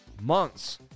months